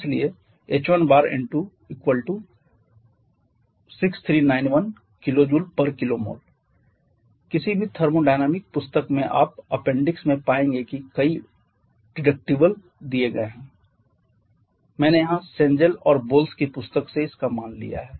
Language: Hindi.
इसलिए h1 N2 6391 KJkmol किसी भी थर्मोडायनामिक पुस्तक में आप अपेंडिक्स में पाएंगे कि कई डिडक्टिबल दिए गए हैं मैंने यहाँ Cengel और Boles की पुस्तक से इसका मान लिया है